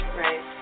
right